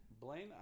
Blaine